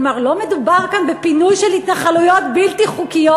לא מדובר כאן בפינוי של התנחלויות בלתי חוקיות.